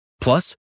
Plus